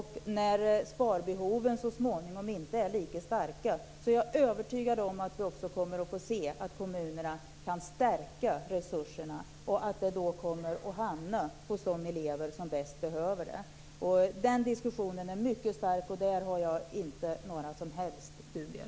När sparbehoven så småningom inte är lika starka, är jag övertygad om att vi också kommer att få se att kommunerna kan stärka resurserna, och att dessa då kommer att hamna hos de elever som bäst behöver dem. Den diskussionen är mycket stark, och där har jag inte några som helst dubier.